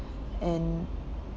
and